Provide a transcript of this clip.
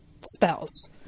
spells